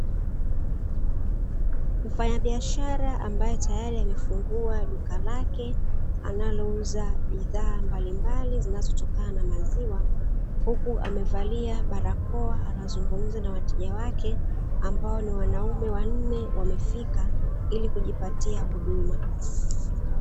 Mfanyabiashara ambaye tayari amefungua duka lake analouza bidhaa mbalimbali zinazotokana na maziwa, huku amevalia barakoa anazungumza na wateja wake, ambao ni wanaume wanne wamefika ili kujipatia huduma.